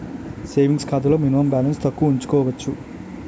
savings ఖాతాలో minimum balance తక్కువ ఉంచుకోవచ్చు